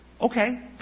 Okay